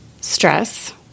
stress